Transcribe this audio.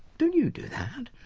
don't you do that?